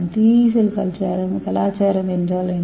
3D செல் கலாச்சாரம் என்றால் என்ன